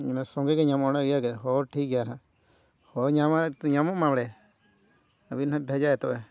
ᱚᱱᱟ ᱥᱚᱸᱜᱮ ᱧᱟᱢᱚᱜᱼᱟ ᱦᱮᱸ ᱤᱭᱟᱹᱜᱮ ᱦᱚᱸ ᱴᱷᱤᱠ ᱜᱮᱭᱟ ᱦᱟᱜ ᱦᱚᱸ ᱧᱟᱢᱚᱜ ᱢᱟᱢᱚᱜ ᱢᱟ ᱵᱟᱲᱮ ᱟᱹᱵᱤᱱ ᱦᱟᱸᱜ ᱵᱷᱮᱡᱟᱭᱟ ᱛᱚᱵᱮ